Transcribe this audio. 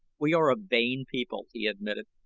we are a vain people, he admitted,